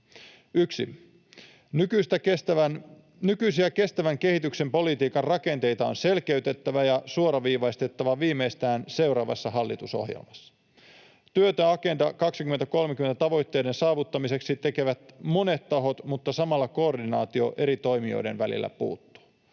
1) Nykyisiä kestävän kehityksen politiikan rakenteita on selkeytettävä ja suoraviivaistettava viimeistään seuraavassa hallitusohjelmassa. Työtä Agenda 2030 ‑tavoitteiden saavuttamiseksi tekevät monet tahot, mutta samalla koordinaatio eri toimijoiden välillä puuttuu.